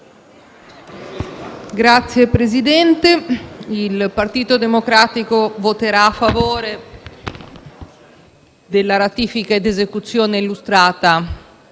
il Partito Democratico voterà favore della ratifica ed esecuzione illustrata